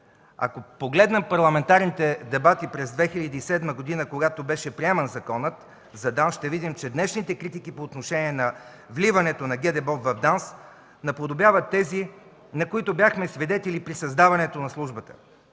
Ако погледнем парламентарните дебати през 2007 г., когато беше приеман Законът за ДАНС, ще видим, че днешните критики по отношение на вливането на ГДБОП в ДАНС наподобяват тези, на които бяхме свидетели при създаването на службата.